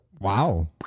wow